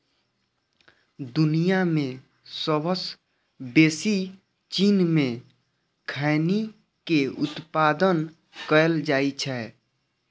दुनिया मे सबसं बेसी चीन मे खैनी के उत्पादन कैल जाइ छै